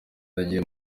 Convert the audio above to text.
nagiye